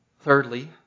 Thirdly